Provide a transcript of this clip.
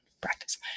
practice